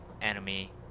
enemy